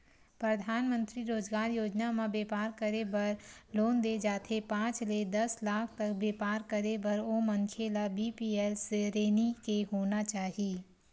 परधानमंतरी रोजगार योजना म बेपार करे बर लोन दे जाथे पांच ले दस लाख तक बेपार करे बर ओ मनखे ल बीपीएल सरेनी के होना चाही